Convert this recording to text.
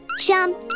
Jump